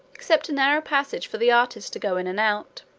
except a narrow passage for the artist to go in and out.